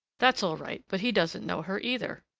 that's all right but he doesn't know her, either.